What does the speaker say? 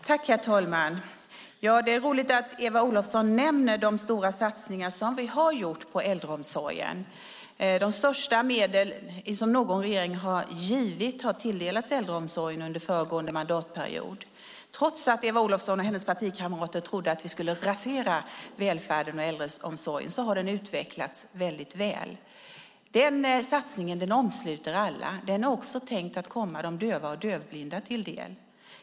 Herr talman! Det är roligt att Eva Olofsson nämner de stora satsningar som vi har gjort på äldreomsorgen. Mest medel som någon regering har givit har tilldelats äldreomsorgen under föregående mandatperiod. Trots att Eva Olofsson och hennes partikamrater trodde att vi skulle rasera välfärden och äldreomsorgen har den utvecklats väl. Den satsningen omsluter alla. Den är också tänkt att komma de döva och dövblinda till del.